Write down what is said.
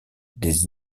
des